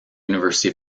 university